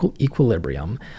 equilibrium